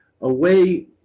away